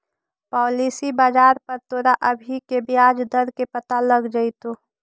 policy बाजार पर तोरा अभी के ब्याज दर के पता लग जाइतो